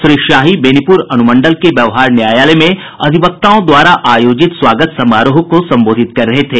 श्री शाही बेनीपुर अनुमंडल के व्यवहार न्यायालय में अधिवक्ताओं द्वारा आयोजित स्वागत समारोह को संबोधित कर रहे थे